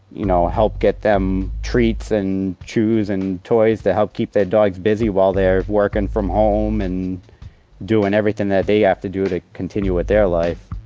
you know, help get them treats, and chews, and toys to help keep their dogs busy while they're workin' from home and doin' everything that they have to do to continue with their life.